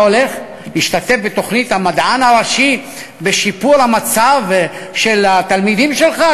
אתה הולך להשתתף בתוכנית המדען הראשי לשיפור המצב של התלמידים שלך?